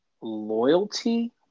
loyalty